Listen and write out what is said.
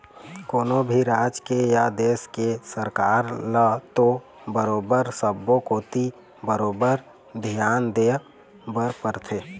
कोनो भी राज के या देश के सरकार ल तो बरोबर सब्बो कोती बरोबर धियान देय बर परथे